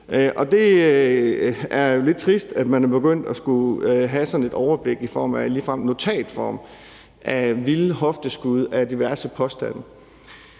Og det er jo lidt trist, at man er begyndt at skulle have sådan et overblik i form af ligefrem et notat om vilde hofteskud med diverse påstande.